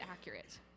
accurate